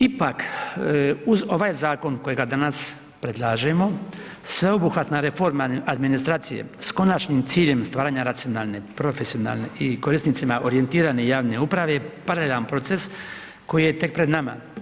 Ipak, uz ovaj zakon kojega danas predlažemo, sveobuhvatna reforma administracije s konačnim ciljem stvaranja racionalne, profesionalne i korisnicima orijentirane javne uprave, paralelan proces koji je tek pred nama.